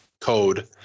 code